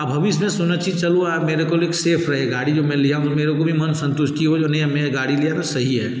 आ भविष्य में सुनिश्चित चलूँ आ मेरे को एक सेफ़ रहे गाड़ी जो मैं लिया हूँ मेरे को भी मन संतुष्टि हो जो नहीं हमने ये गाड़ी लिया था सही है